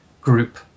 group